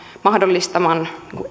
mahdollistamisen